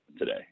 today